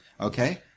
okay